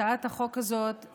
הצעת החוק הזאת,